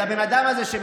אל הבן אדם הזה,